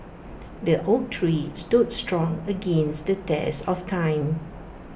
the oak tree stood strong against the test of time